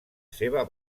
seva